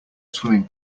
swimming